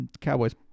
Cowboys